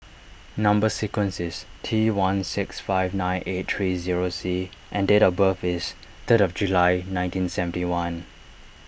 Number Sequence is T one six five nine right three zero C and date of birth is third of July nineteen seventy one